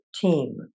team